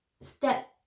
step